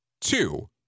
two